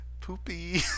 Poopy